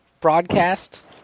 broadcast